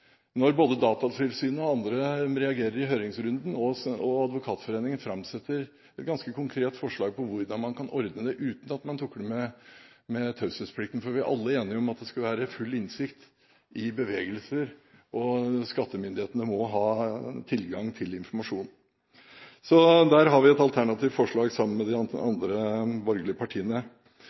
når det faktisk foreligger forslag her. Både Datatilsynet og andre reagerer i høringsrunden, og Advokatforeningen framsetter et ganske konkret forslag på hvordan man kan ordne det uten at man tukler med taushetsplikten, for vi er alle enige om at det skal være full innsikt i bevegelser, og skattemyndighetene må ha tilgang til informasjon. Så der har vi et alternativt forslag sammen med de andre borgerlige partiene.